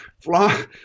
fly –